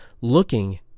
looking